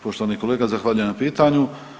Poštovani kolega zahvaljujem na pitanju.